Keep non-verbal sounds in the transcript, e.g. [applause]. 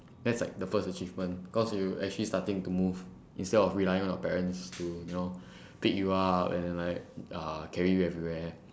that's like the first achievement cause you actually starting to move instead of relying on your parents to you know [breath] pick you up and then like uh carry you everywhere